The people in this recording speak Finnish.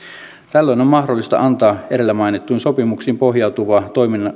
tällöin on mahdollista antaa edellä mainittuihin sopimuksiin pohjautuvaa